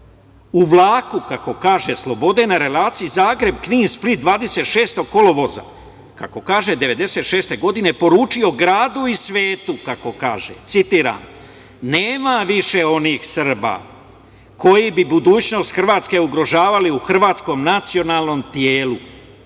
u vlaku, kako kaže slobode, na relaciji Zagreb-Knin-Split 26. kolovoza, kako kaže, 1996. godine poručio gradu i svetu, kako kaže, citiram – nema više onih Srba koji bi budućnost Hrvatske ugrožavali u hrvatskom nacionalnom telu,